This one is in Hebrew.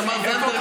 תמר זנדברג,